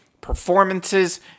performances